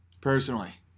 personally